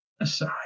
aside